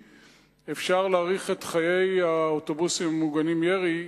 אפשר להאריך את חיי האוטובוסים ממוגני הירי,